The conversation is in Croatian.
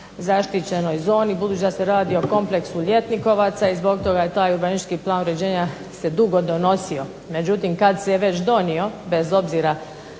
zaštićenoj zoni, budući da se radi o kompleksu ljetnikovaca, i zbog toga je taj urbanistički plan uređenja se dugo donosio. Međutim kad se već donio, bez obzira